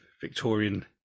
Victorian